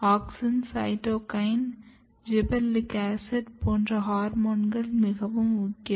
auxin cytokinin gibberellic acid போன்ற ஹோர்மோன்கள் மிகவும் முக்கியம்